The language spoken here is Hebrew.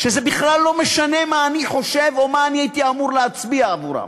וזה בכלל לא משנה מה אני חושב או מה אני הייתי אמור להצביע עליהם,